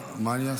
טוב, מה אני אעשה?